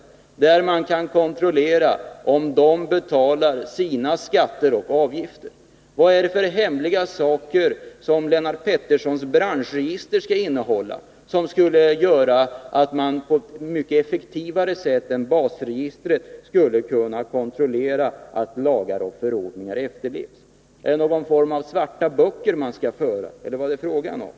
Man skulle därigenom kunna kontrollera om arbetsgivarna betalar sina skatter och avgifter. Vad är det för hemliga saker som Lennart Petterssons branschregister skulle innehålla och som skulle göra att man på ett mycket effektivare sätt än genom ett basregister skulle kunna kontrollera att lagar och förordningar efterlevs? Är det någon form av svarta böcker man skall föra eller vad är det fråga om?